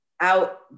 out